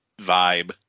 vibe